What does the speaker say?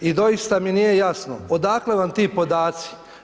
I doista mi nije jasno odakle vam ti podaci?